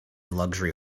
luxury